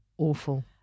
awful